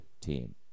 team